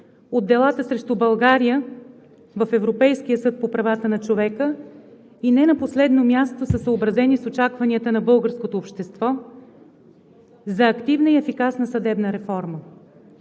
от делата срещу България в Европейския съд по правата на човека, и не на последно място са съобразени с очакванията на българското общество за активна и ефикасна съдебна реформа.